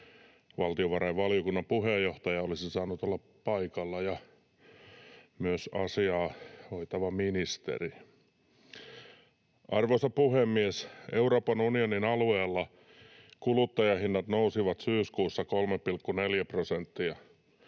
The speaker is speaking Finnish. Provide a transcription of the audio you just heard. Valtiovarainvaliokunnan puheenjohtaja olisi saanut olla paikalla, ja myös asiaa hoitava ministeri. Arvoisa puhemies! Euroopan unionin alueella kuluttajahinnat nousivat syyskuussa 3,4 prosenttia.